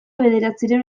bederatziehun